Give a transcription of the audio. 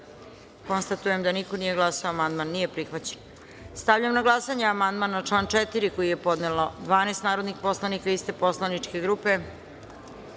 glasanje: niko nije glasao. Amandman nije prihvaćen. Stavljam na glasanje amandman na član 24. koji je podnelo 12 narodnih poslanika poslaničke grupe